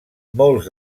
molts